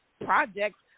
projects